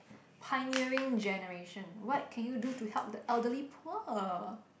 pioneering generation what can you do to help the elderly poor